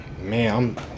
Man